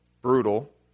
brutal